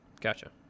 Gotcha